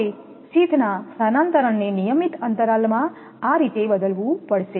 હવે શીથના સ્થાનાંતરણને નિયમિત અંતરાલમાં આ રીતે બદલવું પડશે